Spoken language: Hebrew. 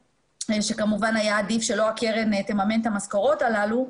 שכמובן היה עדיף שלא הקרן תממן את המשכורות הללו,